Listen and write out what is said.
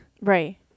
right